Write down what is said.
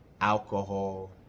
alcohol